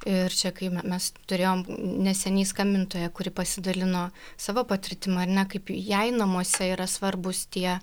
ir čia kai me mes turėjom neseniai skambintoją kuri pasidalino savo patirtim ar ne kaip jai namuose yra svarbūs tie